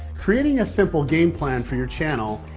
creating a simple game plan for your channel,